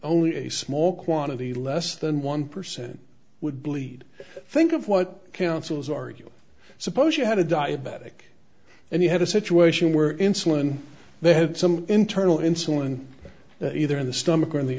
only a small quantity less than one percent would bleed think of what councils are you suppose you had a diabetic and you had a situation where insulin they had some internal insulin either in the stomach or in the